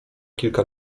kilka